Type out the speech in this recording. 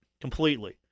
Completely